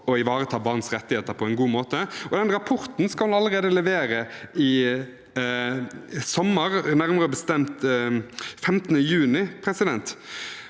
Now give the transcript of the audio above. å ivareta barns rettigheter på en god måte. Den rapporten skal leveres allerede til sommeren, nærmere bestemt 15. juni.